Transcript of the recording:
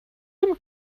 him